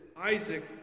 Isaac